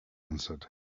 answered